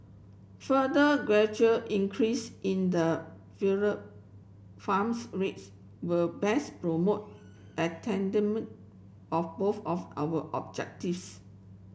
further gradual increase in the farms rates will best promote of both of our objectives